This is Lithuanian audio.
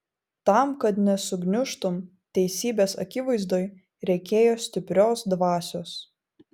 tam kad nesugniužtum teisybės akivaizdoj reikėjo stiprios dvasios